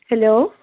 hello